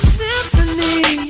symphony